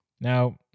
Now